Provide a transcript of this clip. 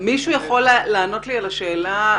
מישהו יכול לענות לי על השאלה?